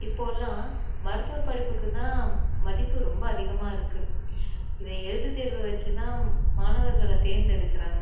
இப்போலாம் மருத்துவ படிப்புக்கு தான் மதிப்பு ரொம்ப அதிகமாக இருக்குது இது எழுத்துத்தேர்வை வச்சு தான் மாணவர்களை தேர்ந்தெடுக்கிறாங்க